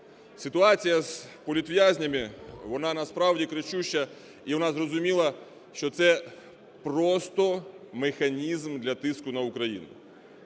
Ситуація з політв'язнями вона насправді кричуща і вона зрозуміла, що це просто механізм для тиску на Україну.